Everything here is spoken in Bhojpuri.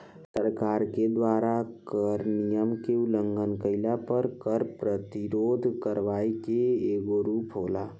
सरकार के द्वारा कर नियम के उलंघन कईला पर कर प्रतिरोध करवाई के एगो रूप होला